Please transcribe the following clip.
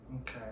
Okay